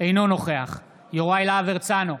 אינו נוכח יוראי להב הרצנו,